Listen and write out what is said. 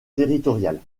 territoriale